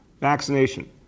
vaccination